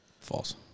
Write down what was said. False